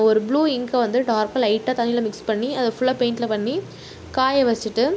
ஒரு ப்ளூ இங்க்கை வந்து டார்க்காக லைட்டாக தண்ணியில் மிக்ஸ் பண்ணி அதை ஃபுல்லாக பெயிண்ட்டில் பண்ணி காய வச்சுட்டு